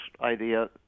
idea